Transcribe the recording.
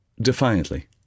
Defiantly